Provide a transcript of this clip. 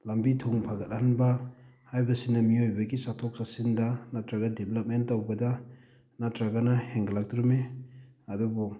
ꯂꯝꯕꯤ ꯊꯣꯡ ꯐꯒꯠꯍꯟꯕ ꯍꯥꯏꯕꯁꯤꯅ ꯃꯤꯑꯣꯏꯕꯒꯤ ꯆꯠꯊꯣꯛ ꯆꯠꯁꯤꯟꯗ ꯅꯠꯇ꯭ꯔꯒ ꯗꯤꯕꯂꯞꯃꯦꯟ ꯇꯧꯕꯗ ꯅꯠꯇ꯭ꯔꯒꯅ ꯍꯦꯟꯒꯠꯂꯇꯣꯔꯤꯃꯤ ꯑꯗꯨꯕꯨ